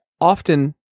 often